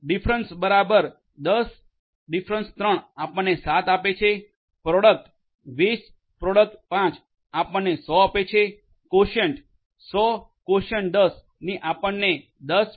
difference બરાબર 10 3 આપણને 7 આપે છે પ્રોડક્ટ 20 x 5 આપણને 100 આપે છે કવોશિઅન્ટ 10010 ની આપણને 10